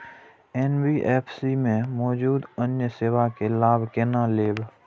NBFC में मौजूद अन्य सेवा के लाभ केना लैब?